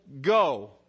go